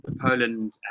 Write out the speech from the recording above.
Poland